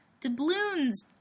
Doubloons